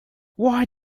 why